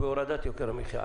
בהורדת יוקר המחיה.